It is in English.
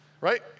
right